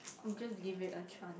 I'm just give it a chance